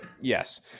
Yes